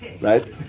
right